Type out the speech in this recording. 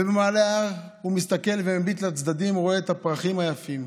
ובמעלה ההר הוא מסתכל ומביט לצדדים ורואה את הפרחים היפים.